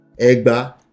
Egba